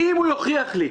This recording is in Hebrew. אם הוא יוכיח לי,